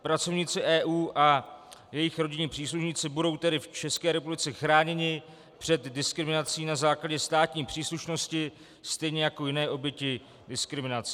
Pracovníci EU a jejich rodinní příslušníci budou tedy v České republice chráněni před diskriminací na základě státní příslušnosti stejně jako jiné oběti diskriminace.